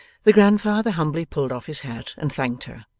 the grandfather humbly pulled off his hat and thanked her.